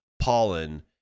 pollen